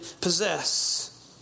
possess